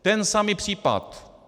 Ten samý případ.